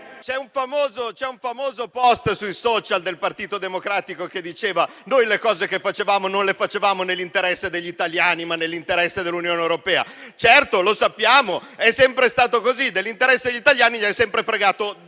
C'era un famoso *post*, sui *social* del Partito Democratico, che diceva: noi le cose che facevamo le facevamo non nell'interesse degli italiani, ma nell'interesse dell'Unione europea. Certo, lo sappiamo, è sempre stato così: dell'interesse degli italiani non ve ne è mai fregato